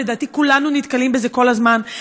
לדעתי, כולנו נתקלים בזה כל הזמן.